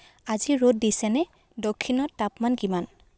আজি ৰ'দ দিছেনে দক্ষিণত তাপমান কিমান